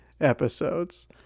episodes